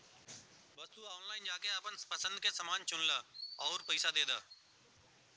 बस तू ऑनलाइन जाके आपन पसंद के समान चुनला आउर पइसा दे दा